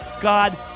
God